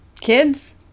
Kids